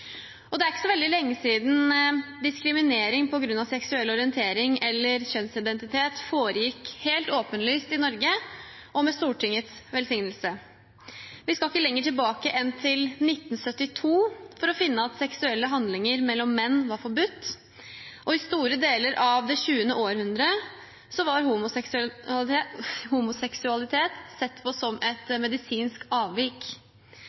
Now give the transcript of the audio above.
Det er ikke så veldig lenge siden diskriminering på grunn av seksuell orientering eller kjønnsidentitet foregikk helt åpenlyst i Norge, og med Stortingets velsignelse. Vi skal ikke lenger tilbake enn til 1972 for å finne at seksuelle handlinger mellom menn var forbudt, og i store deler av det 20. århundre var homoseksualitet sett på som et medisinsk avvik.